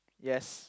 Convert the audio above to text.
yes